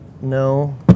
No